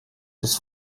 bis